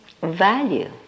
value